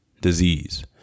disease